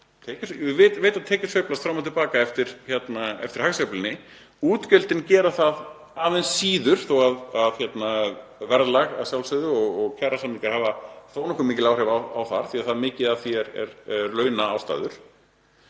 Við vitum að tekjur sveiflast fram og til baka eftir hagsveiflunni. Útgjöldin gera það aðeins síður þó að verðlag, að sjálfsögðu, og kjarasamningar hafi þó nokkuð mikil áhrif þar á því að mikið af því eru launaástæður